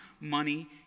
money